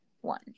one